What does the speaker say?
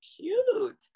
cute